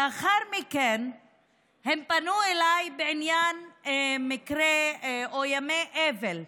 לאחר מכן הן פנו אליי בעניין מקרה או ימי אבל.